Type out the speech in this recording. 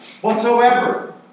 Whatsoever